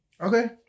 Okay